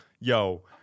yo